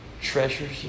treasures